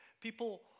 People